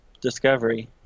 discovery